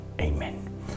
Amen